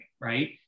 right